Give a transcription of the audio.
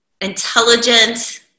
intelligent